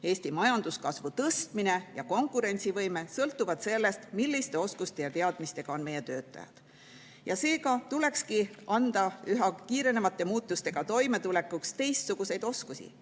Eesti majanduskasvu tõstmine ja konkurentsivõime sõltuvad sellest, milliste oskuste ja teadmistega on meie töötajad. Seega tulekski anda üha kiirenevate muutustega toimetulekuks teistsuguseid oskusi,